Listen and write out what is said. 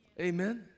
Amen